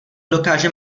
dokáže